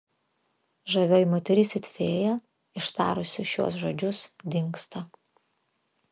žavioji moteris it fėja ištarusi šiuos žodžius dingsta